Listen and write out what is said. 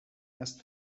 erst